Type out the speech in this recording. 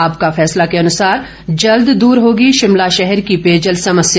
आपका फैसला के अनुसार जल्द दूर होगी शिमला शहर की पेयजल समस्या